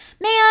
man